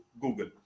Google